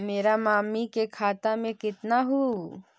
मेरा मामी के खाता में कितना हूउ?